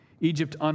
Egypt